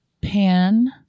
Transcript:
pan